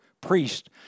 priest